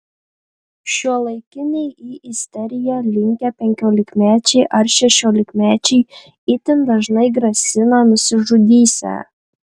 šiuolaikiniai į isteriją linkę penkiolikmečiai ar šešiolikmečiai itin dažnai grasina nusižudysią